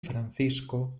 francisco